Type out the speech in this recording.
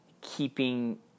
keeping